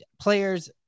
players